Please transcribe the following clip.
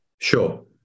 Sure